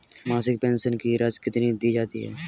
मासिक पेंशन की राशि कितनी दी जाती है?